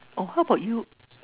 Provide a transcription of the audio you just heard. oh how about you